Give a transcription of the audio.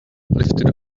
lifted